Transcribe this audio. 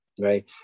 right